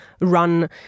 run